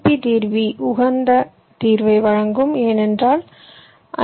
B தீர்வி உகந்த தீர்வை வழங்கும் ஏனென்றால் ஐ